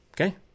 Okay